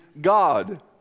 God